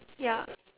ya